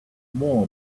more